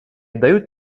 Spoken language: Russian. дают